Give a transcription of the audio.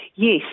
Yes